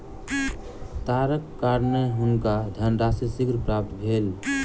तारक कारणेँ हुनका धनराशि शीघ्र प्राप्त भेल